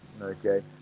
okay